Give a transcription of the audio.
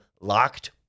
LOCKED